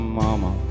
mama